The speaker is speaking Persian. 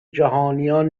جهانیان